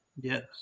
Yes